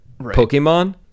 Pokemon